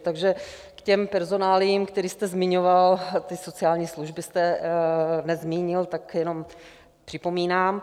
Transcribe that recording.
Takže k těm personáliím, které jste zmiňoval, ty sociální služby jste nezmínil, tak jenom připomínám.